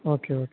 okay okay